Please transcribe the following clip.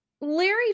Larry